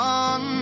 on